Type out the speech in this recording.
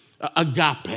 agape